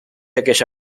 aquella